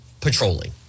patrolling